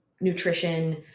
nutrition